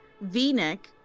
v-neck